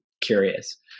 curious